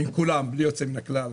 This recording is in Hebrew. עם כולם בלי יוצא מן הכלל,